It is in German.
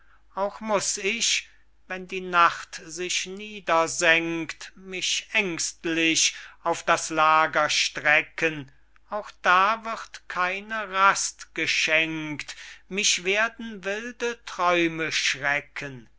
auch muß ich wenn die nacht sich niedersenkt mich ängstlich auf das lager strecken auch da wird keine rast geschenkt mich werden wilde träume schrecken